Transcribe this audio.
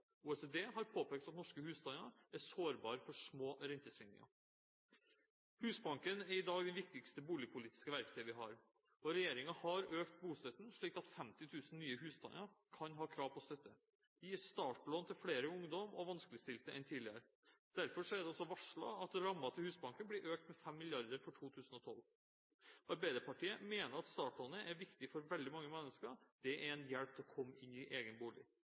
OECD har påpekt at norske husstander er sårbare for små rentesvingninger. Husbanken er i dag det viktigste boligpolitiske verktøyet vi har. Regjeringen har økt bostøtten, slik at 50 000 nye husstander kan ha krav på støtte. Det gis startlån til flere ungdom og vanskeligstilte enn tidligere, derfor er det også varslet at rammen til Husbanken blir økt med 5 mrd. kr for 2012. Arbeiderpartiet mener at startlånet er viktig for veldig mange mennesker – det er en hjelp til å komme inn i egen bolig.